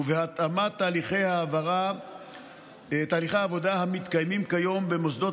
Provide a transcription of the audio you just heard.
ובהתאמת תהליכי העבודה המתקיימים כיום במוסדות